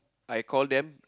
I call them